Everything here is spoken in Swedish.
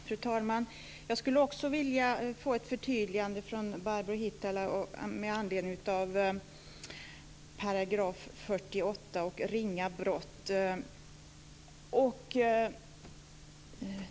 Fru talman! Jag skulle också vilja få ett förtydligande från Barbro Hietala Nordlund med anledning av 48 § och begreppet ringa brott.